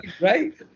Right